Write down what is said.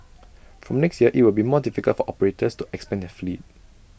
from next year IT will be more difficult for operators to expand their fleet